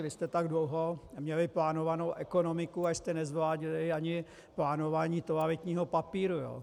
Vy jste tak dlouho měli plánovanou ekonomiku, až jste nezvládli ani plánování toaletního papíru.